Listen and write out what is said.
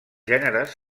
gèneres